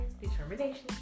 Determination